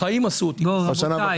החיים עשו אותי פסימי.